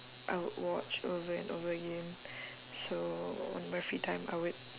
I would watch over and over again so on my free time I would